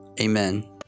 Amen